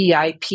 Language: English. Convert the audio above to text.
VIP